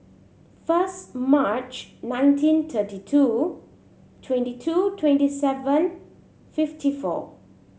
first March nineteen thirty two twenty two twenty seven fifty four